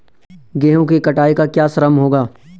गेहूँ की कटाई का क्या श्रम होगा?